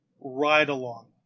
ride-along